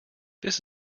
this